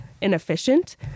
inefficient